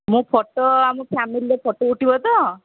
ମୁଁ ଫଟୋ ଆମ ଫ୍ୟାମିଲିର ଫଟୋ ଉଠିବ ତ